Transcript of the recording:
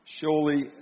Surely